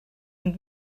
ond